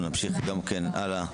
נמשיך לנושא הבא: